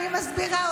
אני מסבירה.